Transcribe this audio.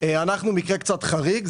אנחנו מקרה קצת חריג.